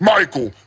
Michael